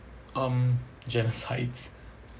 um genocides